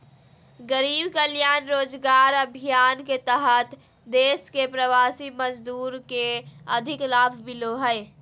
गरीब कल्याण रोजगार अभियान के तहत देश के प्रवासी मजदूर के अधिक लाभ मिलो हय